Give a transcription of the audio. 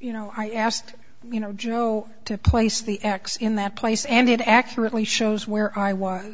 you know i asked you know joe to place the x in that place and it accurately shows where i was